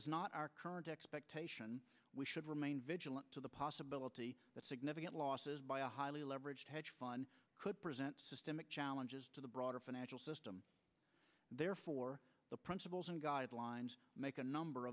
is not our current expectation we should remain vigilant to the possibility that significant losses by a highly leveraged hedge fund could present systemic challenges to the broader financial system therefore the principles and guidelines make a number